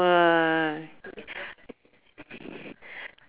!wah!